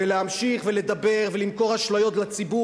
ולהמשיך ולדבר ולמכור אשליות לציבור